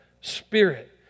spirit